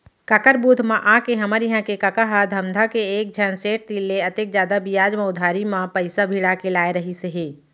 काकर बुध म आके हमर इहां के कका ह धमधा के एकझन सेठ तीर ले अतेक जादा बियाज म उधारी म पइसा भिड़ा के लाय रहिस हे